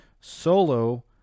solo